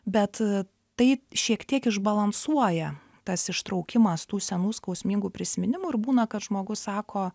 bet tai šiek tiek išbalansuoja tas ištraukimas tų senų skausmingų prisiminimų ir būna kad žmogus sako